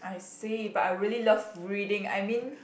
I see but I really love reading I mean